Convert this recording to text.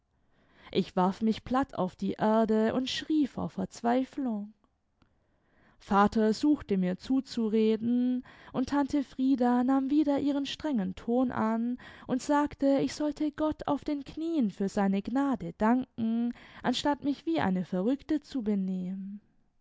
ich warf mich platt auf die erde und schrie vor verzweiflung vater suchte mir zuzureden und tante frieda nahm wieder ihren strengen ton an und sagte ich sollte gott auf den knien für seine gnade danken anstatt mich wie eine verrückte zu benehmen